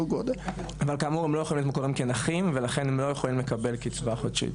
הם לא יכולים להיות מוכרים כנכים ולכן הם לא יכולים לקבל קצבה חודשית.